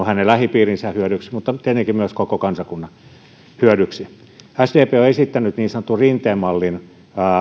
hänen lähipiirinsä hyödyksi kuin tietenkin myös koko kansakunnan hyödyksi sdp on on esittänyt niin sanotun rinteen mallin